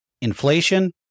inflation